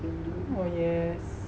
oh yes